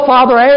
Father